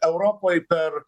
europoj per